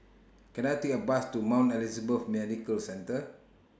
Can I Take A Bus to Mount Elizabeth Medical Centre